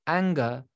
anger